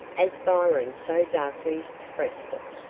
as byron so darkly expressed it.